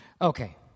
Okay